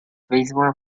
baseball